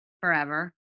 forever